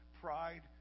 pride